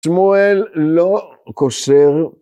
‫שמואל לא קושר.